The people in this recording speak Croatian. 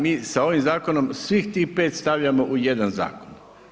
Mi sa ovim zakonom svih tih 5 stavljamo u jedan zakon.